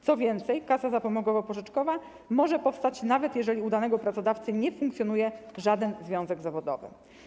Co więcej, kasa zapomogowo-pożyczkowa może powstać, nawet jeżeli u danego pracodawcy nie funkcjonuje żaden związek zawodowy.